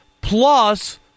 Plus